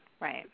Right